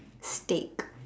steak